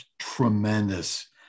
Tremendous